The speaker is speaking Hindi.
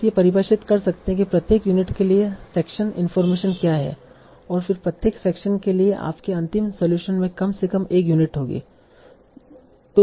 आप यह परिभाषित कर सकते हैं कि प्रत्येक यूनिट के लिए सेक्शन इनफार्मेशन क्या है और फिर प्रत्येक सेक्शन के लिए आपके अंतिम सलूशन में कम से कम एक यूनिट होगी